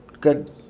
good